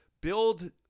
build